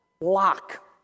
lock